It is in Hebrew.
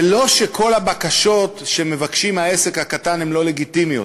זה לא שכל הבקשות שמבקשים מהעסק הקטן הן לא לגיטימיות,